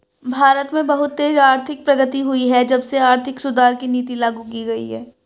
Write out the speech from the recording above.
भारत में बहुत तेज आर्थिक प्रगति हुई है जब से आर्थिक सुधार की नीति लागू की गयी है